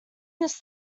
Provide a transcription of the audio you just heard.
this